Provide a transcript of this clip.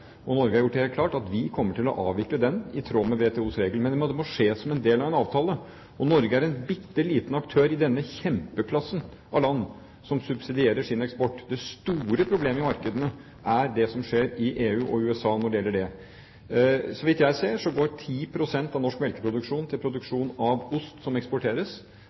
Norge har gjort det helt klart at vi kommer til å avvikle den i tråd med WTOs regler, men det må skje som en del av en avtale. Og Norge er en bitte liten aktør i denne kjempeklassen av land som subsidierer sin eksport. Det store problemet i markedene når det gjelder det, er det som skjer i EU og USA. Så vidt jeg ser, går 10 pst. av norsk melkeproduksjon til produksjon av ost som eksporteres.